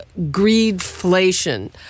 greedflation